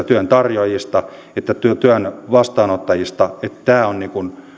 työn tarjoajista että työn vastaanottajista että tämä on